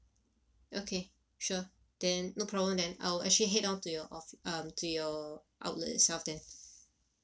okay sure then no problem then I'll actually head off to your off~ um to your outlet itself then